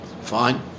fine